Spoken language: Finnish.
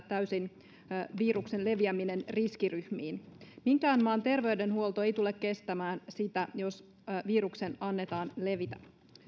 täysin estää viruksen leviäminen riskiryhmiin minkään maan terveydenhuolto ei tule kestämään jos viruksen annetaan levitä